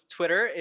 Twitter